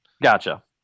Gotcha